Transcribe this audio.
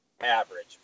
average